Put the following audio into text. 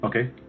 Okay